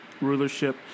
rulership